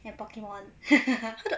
and pokemon